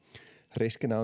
riskinä